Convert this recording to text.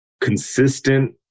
consistent